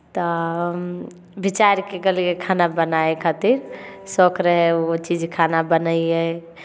तऽ विचारि कऽ गेलियै खाना बनाए खातिर शौक रहै ओ चीज खाना बनैयै